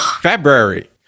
February